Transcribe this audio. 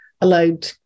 allowed